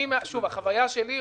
מן החוויה שלי,